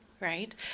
right